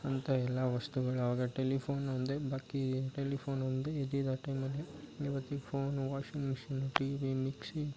ಅಂತ ಎಲ್ಲ ವಸ್ತುಗಳು ಅವಾಗ ಟೆಲಿಫೋನ್ ಒಂದೇ ಬಾಕಿ ಟೆಲಿಫೋನ್ ಒಂದೇ ಇದ್ದಿದ್ದು ಆ ಟೈಮಲ್ಲಿ ಇವತ್ತಿಗೆ phone washing machine TV mixie